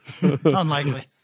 Unlikely